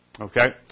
Okay